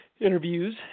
interviews